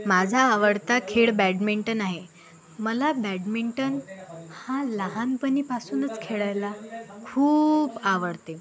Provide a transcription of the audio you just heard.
माझा आवडता खेळ बॅडमिंटन आहे मला बॅडमिंटन हा लहानपणीपासूनच खेळायला खूप आवडते